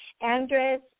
Andres